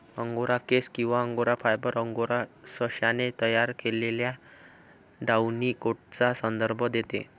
angora केस किंवा angora fibre, angora सशाने तयार केलेल्या डाउनी कोटचा संदर्भ देते